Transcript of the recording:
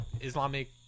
islamic